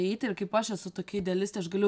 eiti ir kaip aš esu tokia idealistė aš galiu